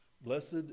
Blessed